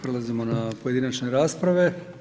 Prelazimo na pojedinačne rasprave.